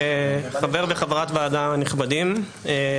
חברי וחברות הוועדה הנכבדים,